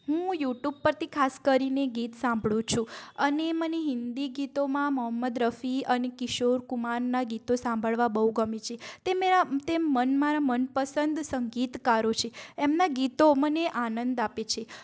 હું યુટુબ પરથી ખાસ કરીને ગીત સાંભળું છું અને મને હિન્દી ગીતોમાં મહમ્મદ રફી અને કિશોર કુમારનાં ગીતો સાંભળવા બહુ ગમે છે તે મેરા તે મન મારા મનપસંદ સંગીતકારો છે એમનાં ગીતો મને આનંદ આપે છે